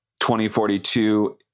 2042